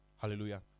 Hallelujah